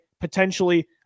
Potentially